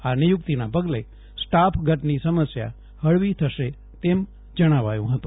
આ નિયુક્તિના પગલે સ્ટાફ ઘટની સમસ્યા હળવી થશે તેમ જણાવાયુ હતું